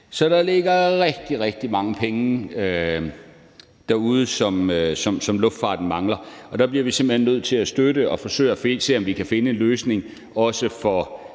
Så der ligger rigtig, rigtig mange penge derude, som luftfarten mangler, og der bliver vi simpelt hen nødt til at støtte og forsøge at se, om vi kan finde en løsning også for